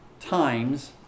times